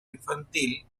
infantil